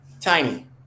Tiny